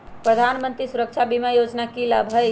प्रधानमंत्री सुरक्षा बीमा योजना के की लाभ हई?